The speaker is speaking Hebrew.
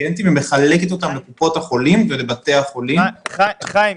ריאגנטים ומחלקת אותם לקופות החולים ולבתי החולים --- חיים,